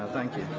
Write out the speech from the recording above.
ah thank you.